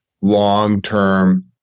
long-term